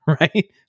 right